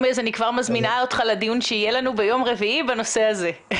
אז אני כבר מזמינה אותך לדיון שיהיה לנו ביום רביעי בנושא הזה.